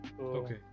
Okay